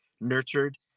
nurtured